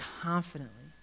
confidently